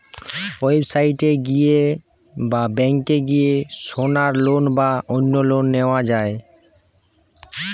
website এ গিয়ে বা ব্যাংকে গিয়ে সোনার লোন বা অন্য লোন নেওয়া যায়